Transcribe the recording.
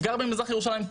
גר במזרח ירושלים,